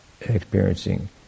experiencing